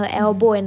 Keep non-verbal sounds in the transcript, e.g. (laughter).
(laughs)